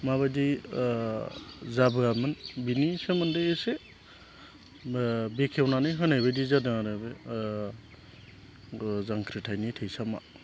माबायदि जाबोआमोन बिनि सोमोन्दै एसे बेखेवनानै होनायबायदि जादों आरो बे जांख्रिथायनि थैसामा